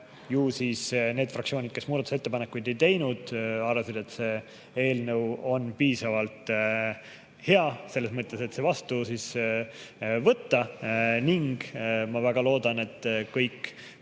ju siis need fraktsioonid, kes muudatusettepanekuid ei teinud, arvasid, et see eelnõu on piisavalt hea, et see vastu võtta. Ma väga loodan, et kõik